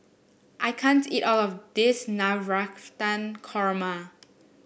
I can't eat all of this Navratan Korma